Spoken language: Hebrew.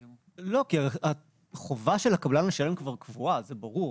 לא, כי חובה של הקבלן לשלם כבר קבועה, זה ברור.